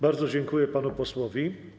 Bardzo dziękuję panu posłowi.